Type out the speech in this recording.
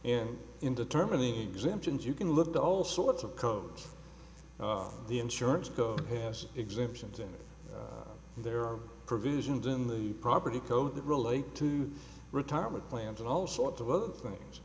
and in determining exemptions you can look at all sorts of codes the insurance co has exemptions and there are provisions in the property code that relate to retirement plans and all sorts of other things